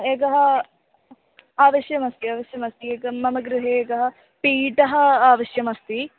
एकः अवश्यकमस्ति अवश्यकमस्ति एकं मम गृहे एकं पीठम् अवश्यकमस्ति